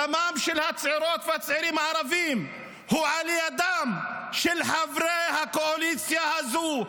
דמם של הצעירות והצעירים הערבים הוא על ידם של חברי הקואליציה הזאת.